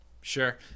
Sure